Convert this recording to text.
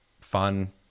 fun